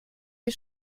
die